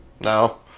No